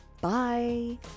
Bye